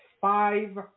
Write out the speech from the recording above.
five